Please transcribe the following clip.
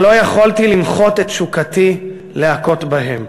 אבל לא יכולתי למחות את תשוקתי להכות בהם."